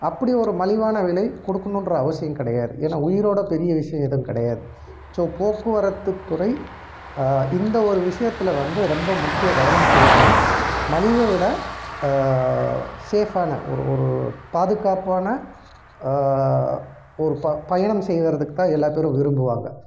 அப்படி ஒரு மலிவான விலை கொடுக்குணுன்ற அவசியம் கிடையாது ஏனால் உயிரோடு பெரிய விஷயம் எதும் கிடையாது ஸோ போக்குவரத்துத்துறை இந்த ஒரு விஷயத்துல வந்து ரொம்ப முக்கிய கவனம் செலுத்தணும் மலிவை விட சேஃப்பான ஒரு ஒரு பாதுகாப்பான ஒரு ப பயணம் செய்யறதுக்கு தான் எல்லா பேரும் விரும்புவாங்க